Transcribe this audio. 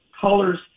Colors